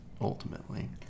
Ultimately